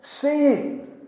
seeing